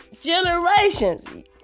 generations